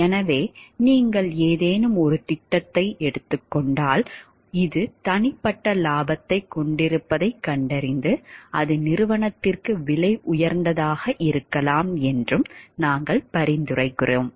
எனவே நீங்கள் ஏதேனும் ஒரு திட்டத்தை எடுத்துக் கொண்டால் இது தனிப்பட்ட லாபத்தைக் கொண்டிருப்பதைக் கண்டறிந்து அது நிறுவனத்திற்கு விலை உயர்ந்ததாக இருக்கலாம் என்றும் நாங்கள் பரிந்துரைக்கிறோம்